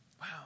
Wow